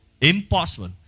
Impossible